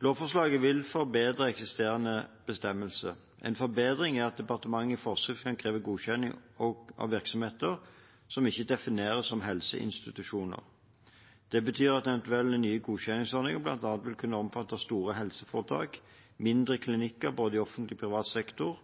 Lovforslaget vil forbedre den eksisterende bestemmelsen. En forbedring er at departementet i forskrift kan kreve godkjenning også av virksomheter som ikke defineres som helseinstitusjoner. Det betyr at eventuelle nye godkjenningsordninger bl.a. vil kunne omfatte store helseforetak, mindre klinikker, i både offentlig og privat sektor,